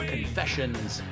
Confessions